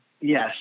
Yes